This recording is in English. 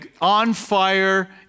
on-fire